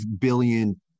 billion